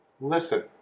Listen